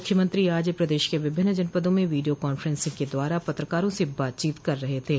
मूख्यमंत्री आज प्रदेश के विभिन्न जनपदों में वीडियो कांफ्रेंसिंग के द्वारा पत्रकारों से बातचीत कर रह थे